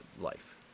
life